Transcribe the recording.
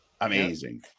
Amazing